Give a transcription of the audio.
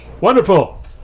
Wonderful